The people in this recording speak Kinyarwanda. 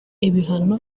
ibihano